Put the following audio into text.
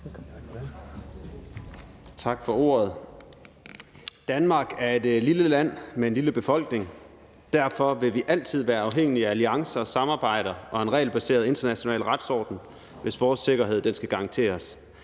Tak for ordet. Danmark er et lille land med en lille befolkning. Derfor vil vi altid være afhængige af alliancer, samarbejder og en regelbaseret international retsorden, hvis vores sikkerhed skal garanteres.